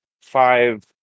five